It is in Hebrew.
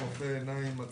אם יש לי רופא עיניים עצמאי.